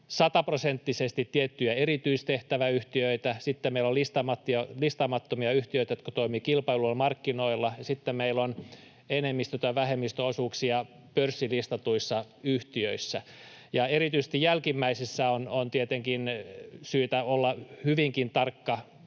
sataprosenttisesti tiettyjä erityistehtäväyhtiöitä, sitten meillä on listaamattomia yhtiöitä, jotka toimivat kilpailuilla markkinoilla, ja sitten meillä on enemmistö- tai vähemmistöosuuksia pörssilistatuissa yhtiöissä, ja erityisesti jälkimmäisissä on tietenkin syytä olla hyvinkin tarkka.